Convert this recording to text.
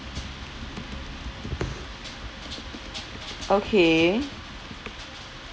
okay